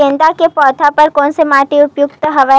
गेंदा के पौधा बर कोन से माटी उपयुक्त हवय?